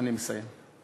אני מסיים.